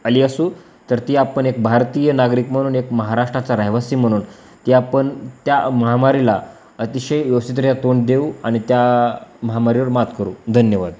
आली असू तर ती आपण एक भारतीय नागरिक म्हणून एक महाराष्ट्राचा रहिवासी म्हणून ती आपण त्या महामारीला अतिशय तोंड देऊ आणि त्या महामारीवर मात करू धन्यवाद